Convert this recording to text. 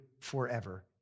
forever